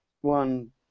one